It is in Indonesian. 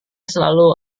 selalu